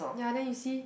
ya there you see